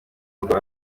rugo